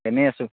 এনেই আছোঁ